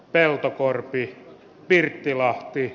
peltokorpi virpi lahti